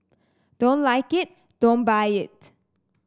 don't like it don't buy it